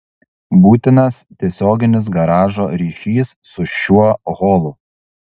būtinas tiesioginis garažo ryšys su šiuo holu